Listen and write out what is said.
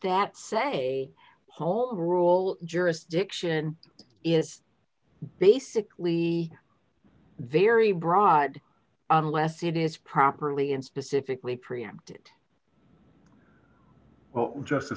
that say whole rule jurisdiction is basically very broad unless it is properly and specifically preempted well just